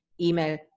email